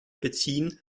beziehen